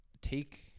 take